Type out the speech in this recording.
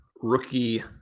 rookie